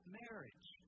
marriage